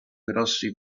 grossi